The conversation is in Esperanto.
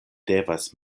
devas